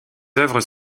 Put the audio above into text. œuvres